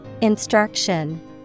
Instruction